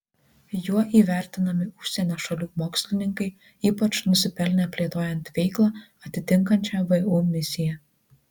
juo įvertinami užsienio šalių mokslininkai ypač nusipelnę plėtojant veiklą atitinkančią vu misiją